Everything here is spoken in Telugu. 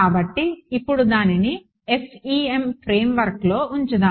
కాబట్టి ఇప్పుడు దానిని FEM ఫ్రేమ్వర్క్లో ఉంచుదాం